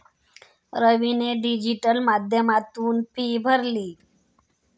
रवीने डिजिटल माध्यमातून फी भरली